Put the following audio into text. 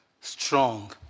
strong